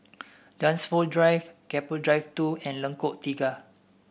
Dunsfold Drive Keppel Drive Two and Lengkok Tiga